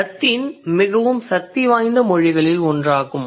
Latin மிகவும் சக்திவாய்ந்த மொழிகளில் ஒன்றாகும்